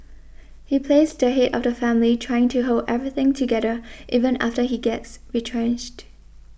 he plays the head of the family trying to hold everything together even after he gets retrenched